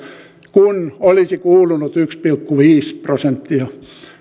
kun olisi kuulunut yksi pilkku viisi prosenttia